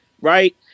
Right